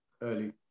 early